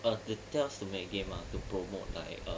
uh they tell us to make a game uh to promote like